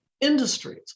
industries